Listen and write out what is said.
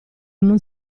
non